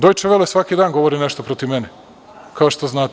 Dojče vele“ svaki dan govori nešto protiv mene, kao što znate.